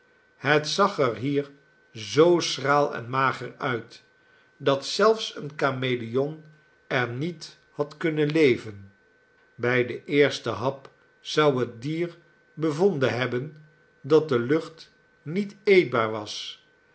het zag er hier zoo schraal en mager uit dat zelfs een kameleon er niet had kunnen leven bij den eersten hap zou het dier bevonden hebben dat de lucht niet eetbaar was